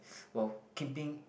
while keeping